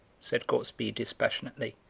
said gortsby dispassionately.